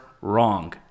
wrong